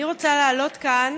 אני רוצה לעלות כאן